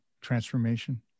transformation